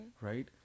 right